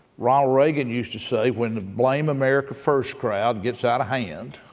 ronald reagan used to say, when the blame america first crowd gets out of hand,